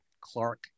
Clark